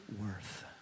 Worth